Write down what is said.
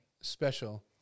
special